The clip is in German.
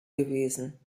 gewesen